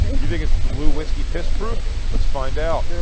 you think it's lou whiskey piss-proof? let's find out. do it!